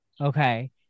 okay